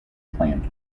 plants